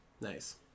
Nice